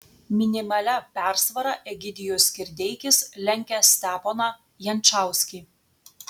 minimalia persvara egidijus kirdeikis lenkia steponą jančauskį